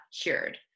cured